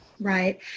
right